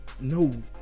No